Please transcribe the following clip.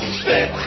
spit